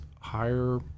higher